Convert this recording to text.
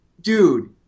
dude